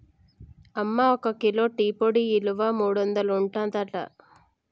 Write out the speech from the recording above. అమ్మ ఒక kilo tea పొడి ఇలువ మూడొందలు ఉంటదట